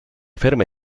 ferme